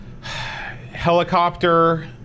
Helicopter